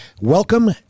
Welcome